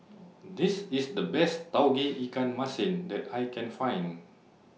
This IS The Best Tauge Ikan Masin that I Can Find